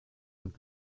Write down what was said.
und